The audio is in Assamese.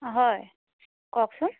হয় কওকচোন